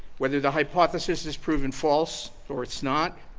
whether the hypothesis has proven false or it's not.